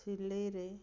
ସିଲେଇରେ